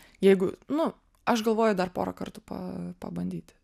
jeigu nu aš galvoju dar porą kartų pa pabandyti